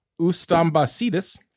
Ustambasidis